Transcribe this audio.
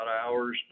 hours